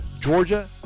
Georgia